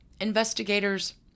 Investigators